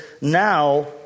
now